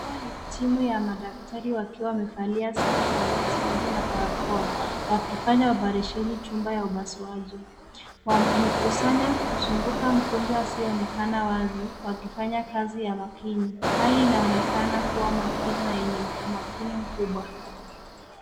Huu ni timu wa madaktari wakiwa wamevalia sare za upasuaji na barakoa, wakifanya operesheni chumba ya upasuaji. Wamekusanya kuzunguka mgonjwa asiyeonekana wazi wakifanya kazi ya makini. Hali inaonekana kuwa makini na yenye umakini mkubwa.